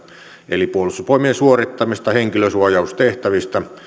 eli puolustusvoimien suorittamista henkilösuojaustehtävistä